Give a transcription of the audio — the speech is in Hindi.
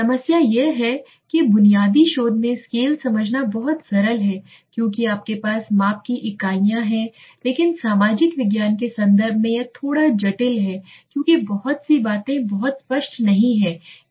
समस्या यह है कि बुनियादी शोध में स्केल समझना बहुत सरल है क्योंकि आपके पास माप की इकाइयाँ हैं लेकिन सामाजिक विज्ञान के संदर्भ में यह थोड़ा जटिल है क्योंकि बहुत सी बातें बहुत स्पष्ट नहीं हैं